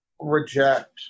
reject